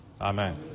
Amen